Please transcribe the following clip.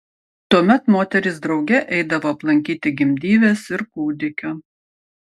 tuomet moterys drauge eidavo aplankyti gimdyvės ir kūdikio